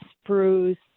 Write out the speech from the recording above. spruce